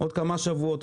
עוד כמה שבועות,